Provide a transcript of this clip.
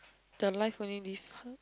the life only leave